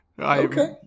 Okay